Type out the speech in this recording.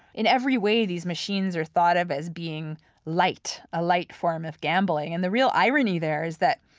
in every way, these machines are thought of as being light, a light form of gambling and the real irony there is that,